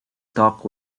talk